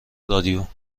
رادیو